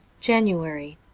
january